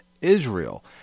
Israel